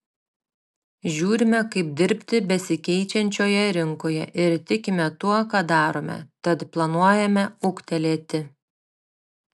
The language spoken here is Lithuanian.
žiūrime kaip dirbti besikeičiančioje rinkoje ir tikime tuo ką darome tad planuojame ūgtelėti